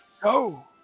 Go